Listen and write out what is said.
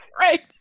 Right